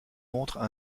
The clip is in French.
montrent